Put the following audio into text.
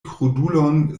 krudulon